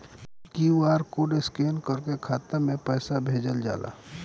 QR code scan करके खाता में पैसा भेजल जाला का?